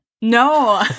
No